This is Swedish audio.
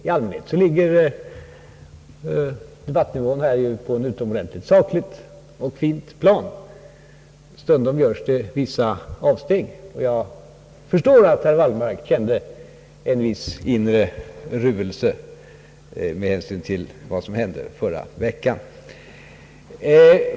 I allmänhet ligger debattnivån här på ett utomordentligt sakligt och fint plan. Stundom görs det vissa avsteg, och jag förstår att herr Wallmark kände en viss inre ruelse med hänsyn till vad som hände förra veckan.